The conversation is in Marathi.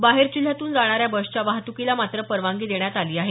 बाहेर जिल्ह्यातून जाणाऱ्या बसच्या वाहतुकीला मात्र परवानगी देण्यात आली आहे